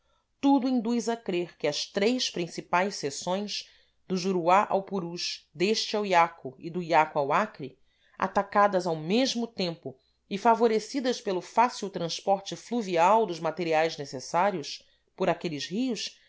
tudo induz a crer que as três principais seções do juruá ao purus deste ao iaco e do iaco ao acre atacadas ao mesmo tempo e favorecidas pelo fácil transporte fluvial dos materiais necessários por aqueles rios